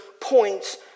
points